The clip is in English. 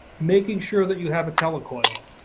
making sure that you have a telecoil.